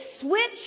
switch